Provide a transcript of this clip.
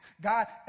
God